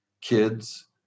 kids